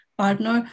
partner